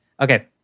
Okay